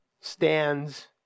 stands